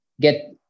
get